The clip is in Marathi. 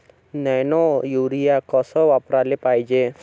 नैनो यूरिया कस वापराले पायजे?